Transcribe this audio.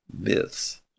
myths